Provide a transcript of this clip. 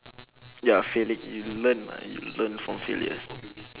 ya failing you learn mah you learn from failures